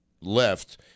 left